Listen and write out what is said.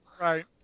Right